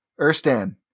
Erstan